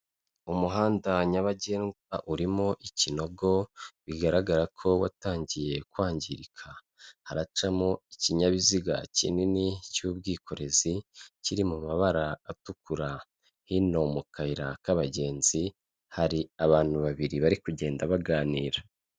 Umuhanda nyabagendwa urimo ikinogo bigaragara ko watangiye kwangirika, haracamo ikinyabiziga kinini cy'ubwikorezi kiri mu mabara atukura, hino mu kayira k'abagenzi hari abantu babiri bari kugenda baganira.